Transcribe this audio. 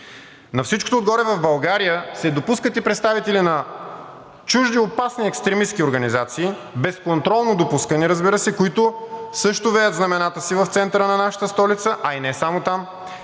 На всичкото отгоре в България се допускат и представители на чужди, опасни екстремистки организации, безконтролно допускани, разбира се, които също веят знамената си в центъра на нашата столица, а и не само там.